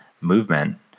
movement